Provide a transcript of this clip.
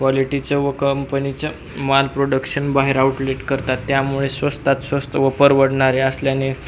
क्वाॉलिटीचं व कंपनीचं माल प्रोडक्शन बाहेर आउटलेट करतात त्यामुळे स्वस्तात स्वस्त व परवडणारे असल्याने